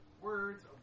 words